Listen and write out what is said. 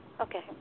Okay